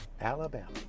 Alabama